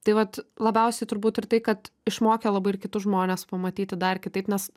tai vat labiausiai turbūt ir tai kad išmokė labai kitus žmones pamatyti dar kitaip nes